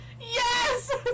Yes